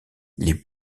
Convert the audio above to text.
les